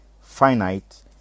finite